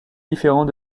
différents